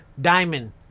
Diamond